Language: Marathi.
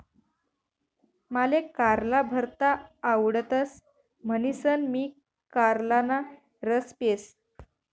माले कारला भरता आवडतस म्हणीसन मी कारलाना रस पेस